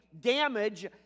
damage